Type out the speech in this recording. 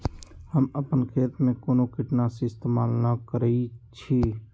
हम अपन खेत में कोनो किटनाशी इस्तमाल न करई छी